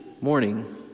morning